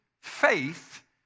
faith